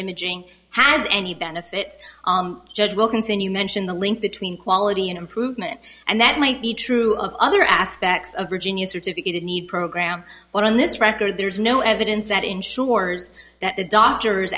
imaging has any benefit judge wilkinson you mention the link between quality and improvement and that might be true of other aspects of virginia certificate of need program but on this record there is no evidence that ensures that the doctors